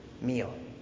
meal